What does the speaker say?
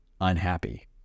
unhappy